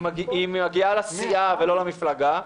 היא מגיעה לסיעה ולא למפלגה.